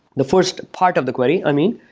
the first part of the query, i mean.